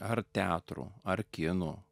ar teatrų ar kinų